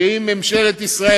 שאם ממשלות ישראל,